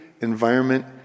environment